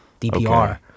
DPR